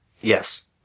Yes